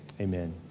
Amen